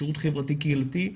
שירות חברתי קהילתי,